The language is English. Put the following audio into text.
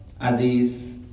Aziz